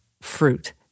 fruit